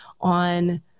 on